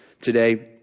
today